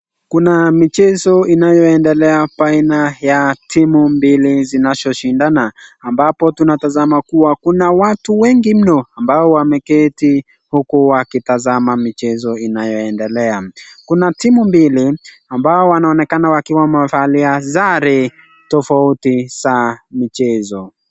Kuna michezo inayoendelea baina ya timu mbili zinazoshindana, ambapo tunatazama kuwa kuna watu wengi mno ambao wameketi huku wakitazama michezo inayoendelea. Kuna timu mbili ambao wanaonekana wakiwa mavalia ya sare tofauti za michezo.